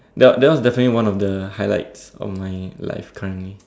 that that was definitely one of the highlights of my life currently